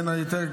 בין היתר,